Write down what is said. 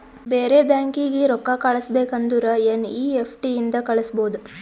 ಬೇರೆ ಬ್ಯಾಂಕೀಗಿ ರೊಕ್ಕಾ ಕಳಸ್ಬೇಕ್ ಅಂದುರ್ ಎನ್ ಈ ಎಫ್ ಟಿ ಇಂದ ಕಳುಸ್ಬೋದು